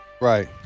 Right